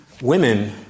women